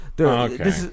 Okay